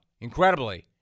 Incredibly